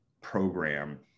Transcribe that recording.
program